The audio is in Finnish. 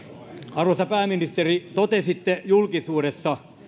arvoisa pääministeri totesitte julkisuudessa